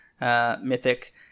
mythic